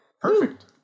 Perfect